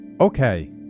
Okay